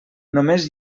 només